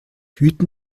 hüten